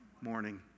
morning